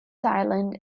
island